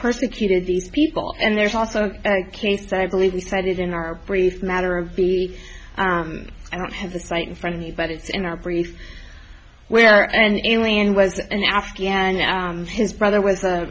persecuted these people and there's also a case that i believe he said it in our brief matter of i don't have the cite in front of me but it's in our brief where and elian was an afghan his brother was a